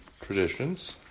traditions